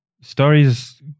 Stories